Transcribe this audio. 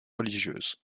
religieuse